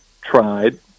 tried